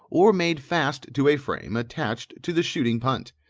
or made fast to a frame attached to the shooting-punt,